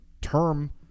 term